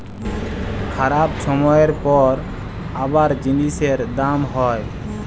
খারাপ ছময়ের পর আবার জিলিসের দাম হ্যয়